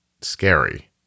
scary